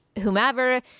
whomever